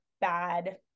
bad